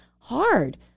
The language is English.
hard